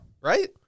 right